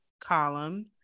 column